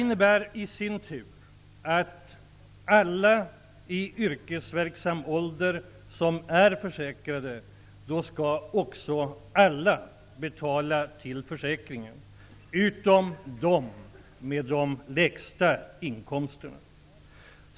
Förslaget innebär att alla människor i yrkesverksam ålder skall vara försäkrade och därmed också betala till försäkringen. Det gäller dock inte dem med de lägsta inkomsterna.